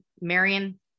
Marion